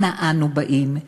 אנה אנו באים?